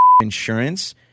Insurance